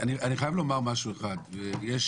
וכך היה